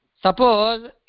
suppose